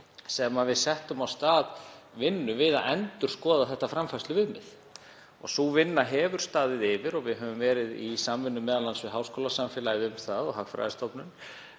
sem við settum af stað vinnu við að endurskoða framfærsluviðmiðið og sú vinna hefur staðið yfir. Við höfum verið í samvinnu m.a. við háskólasamfélagið og Hagfræðistofnun